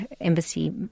embassy